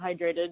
hydrated